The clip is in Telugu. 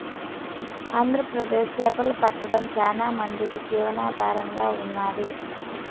ఆంధ్రప్రదేశ్ చేపలు పట్టడం చానా మందికి జీవనాధారంగా ఉన్నాది